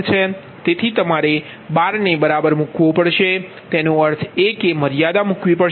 તેથી તમારે બારને બરાબર મૂકવો પડશે તેનો અર્થ એ કે મર્યાદા મૂકવી પડશે